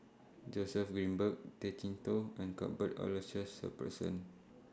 Joseph Grimberg Tay Chee Toh and Cuthbert Aloysius Shepherdson